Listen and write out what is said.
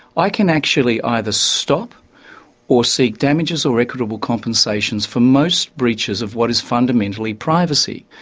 i can actually either stop or seek damages or equitable compensations for most breaches of what is fundamentally privacy.